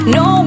no